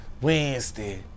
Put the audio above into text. Wednesday